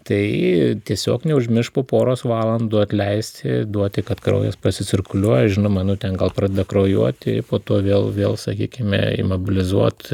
tai tiesiog neužmiršt po poros valandų atleisti duoti kad kraujas pasicirkuliuoja žinoma nu ten gal pradeda kraujuoti po to vėl vėl sakykime imobilizuot